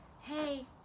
hey